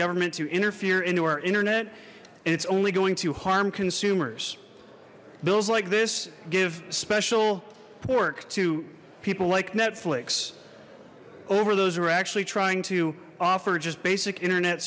government to interfere into our internet it's only going to harm consumers bills like this give special pork to people like netflix over those who are actually trying to offer just basic internet